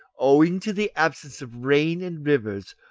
owing to the absence of rain and rivers,